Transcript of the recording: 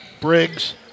Briggs